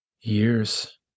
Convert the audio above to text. years